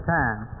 time